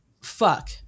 fuck